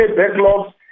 backlogs